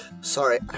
Sorry